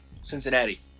Cincinnati